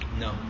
No